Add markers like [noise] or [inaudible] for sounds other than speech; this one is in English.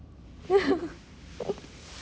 [laughs]